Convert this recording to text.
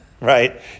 right